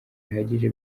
bihagije